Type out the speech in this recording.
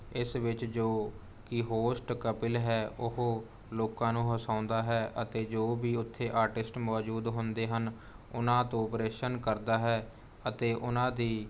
ਇਸ ਵਿੱਚ ਜੋ ਕਿ ਹੋਸਟ ਕਪਿਲ ਹੈ ਉਹ ਲੋਕਾਂ ਨੂੰ ਹਸਾਉਂਦਾ ਹੈ ਅਤੇ ਜੋ ਵੀ ਉੱਥੇ ਆਰਟਿਸਟ ਮੌਜੂਦ ਹੁੰਦੇ ਹਨ ਉਹਨਾਂ ਤੋਂ ਪ੍ਰਸ਼ਨ ਕਰਦਾ ਹੈ ਅਤੇ ਉਹਨਾਂ ਦੀ